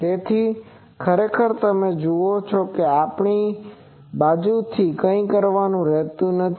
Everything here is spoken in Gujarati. તેથી ખરેખર તમે જુઓ છો કે આપણી બાજુથી કંઈ કરવાનું નથી